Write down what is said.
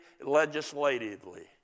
legislatively